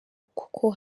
kuko